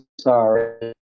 sorry